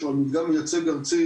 שהוא מדגם מייצג ארצי